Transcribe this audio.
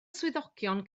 swyddogion